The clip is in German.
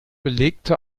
belegte